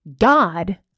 God